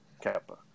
Kappa